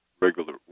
regular